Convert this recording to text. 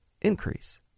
increase